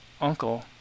uncle